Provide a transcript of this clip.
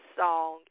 song